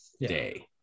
day